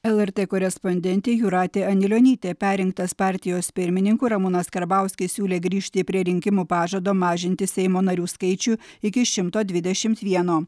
lrt korespondentė jūratė anilionytė perrinktas partijos pirmininku ramūnas karbauskis siūlė grįžti prie rinkimų pažado mažinti seimo narių skaičių iki šimto dvidešimt vieno